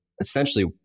essentially